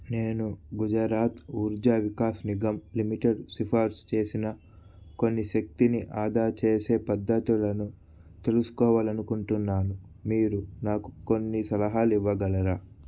నేను Gujarat Urja Vikas Nigam limited సిఫార్సు చేసిన కొన్ని శక్తిని ఆదా చేసే పద్ధతులను తెలుసుకోవాలనుకుంటున్నాను మీరు నాకు కొన్ని సలహాలు ఇవ్వగలరా